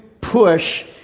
push